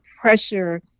pressure